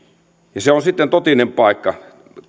ja se on sitten totinen paikka